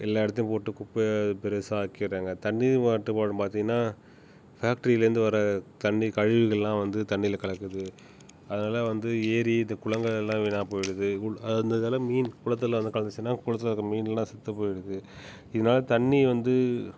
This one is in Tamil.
எல்லா இடத்துலையும் போட்டு குப்பை பெருசாக்கிடுறாங்க தண்ணீ மாசுப்பாடு பார்த்தீங்கனா ஃபேக்ட்ரிலேருந்து வர தண்ணீ கழிவுகளெலாம் வந்து தண்ணியில் கலக்குது அதனால் வந்து ஏரி இது குளங்கள் எல்லாம் வீணாக போயிடுது அதனால் மீன் குளத்தில் வந்து கலந்துச்சுன்னா குளத்தில் இருக்கிற மீன்லெலாம் செத்து போயிடுது இதனால தண்ணீ வந்து